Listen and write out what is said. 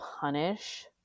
punish